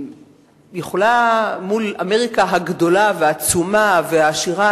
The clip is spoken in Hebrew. יכולה מול אמריקה הגדולה העצומה והעשירה.